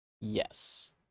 yes